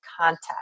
contact